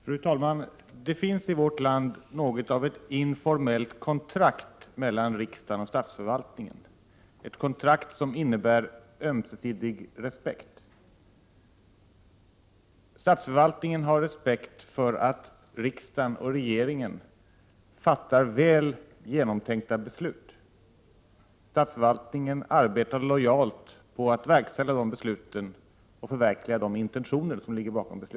Fru talman! Det finns i vårt land något av ett informellt kontrakt mellan riksdagen och statsförvaltningen, ett kontrakt som innebär ömsesidig respekt. Statsförvaltningen har respekt för att riksdagen och regeringen fattar väl genomtänkta beslut. Statsförvaltningen arbetar lojalt på att verkställa de besluten och förverkliga de intentioner som ligger bakom dessa.